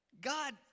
God